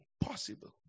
impossible